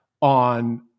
on